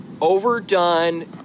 overdone